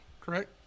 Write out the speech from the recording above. correct